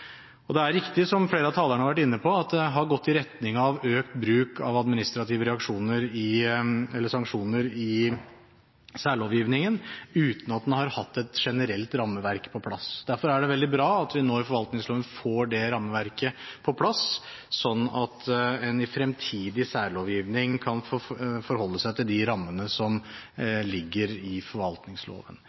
Det er riktig som flere av talerne har vært inne på, at det har gått i retning av økt bruk av administrative sanksjoner i særlovgivningen, uten at en har hatt et generelt rammeverk på plass. Derfor er det veldig bra at vi nå i forvaltningsloven får det rammeverket på plass, sånn at en i fremtidig særlovgivning kan forholde seg til de rammene som ligger i forvaltningsloven.